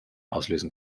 auslösen